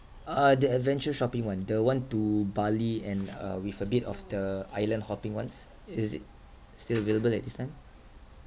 uh the adventure shopping [one] the one to bali and uh with a bit of the island hopping ones is it still available at this time